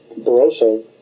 Barroso